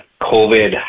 COVID